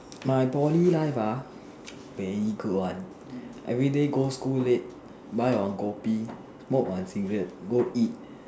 my Poly life ah very good one everyday go school late buy one kopi smoke on cigarette go eat